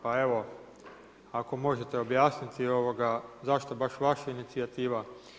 Pa evo, ako možete objasniti zašto baš vaša inicijativa.